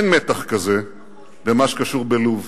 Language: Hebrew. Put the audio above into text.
אין מתח כזה במה שקשור בלוב.